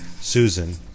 Susan